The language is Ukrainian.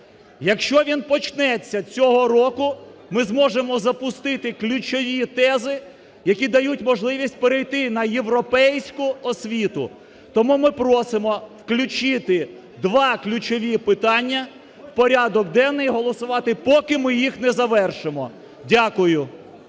Якщо він почнеться цього року ми зможемо запустити ключові тези, які дають можливість перейти на європейську освіту. Тому ми просимо включити два ключові питання в порядок денний, голосувати, поки ми їх не завершимо. Дякую.